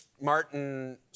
Martin